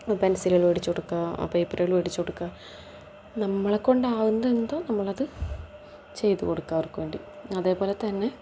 പെൻസിലുകൾ മേടിച്ചു കൊടുക്കുക ആ പേപ്പറുകൾ മേടിച്ചു കൊടുക്കുക നമ്മളെ കൊണ്ടാകുന്ന എന്തോ നമ്മളത് ചെയ്തു കൊടുക്കുക അവർക്കു വേണ്ടി അതേ പോലെ തന്നെ